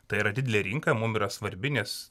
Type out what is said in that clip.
tai yra didelė rinka mum yra svarbi nes